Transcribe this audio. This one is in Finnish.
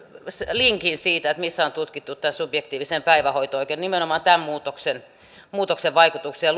linkin siitä missä on tutkittu tämän subjektiivisen päivähoito oikeuden nimenomaan tämän muutoksen muutoksen vaikutuksia